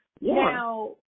now